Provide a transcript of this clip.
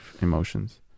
emotions